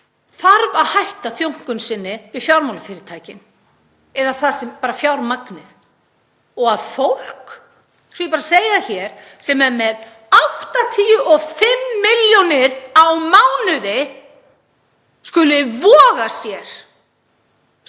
þarf að hætta þjónkun sinni við fjármálafyrirtækin eða fjármagnið. Og að fólk, svo að ég bara segi það hér, sem er með 85 milljónir á mánuði skuli voga sér